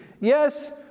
Yes